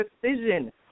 precision